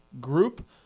group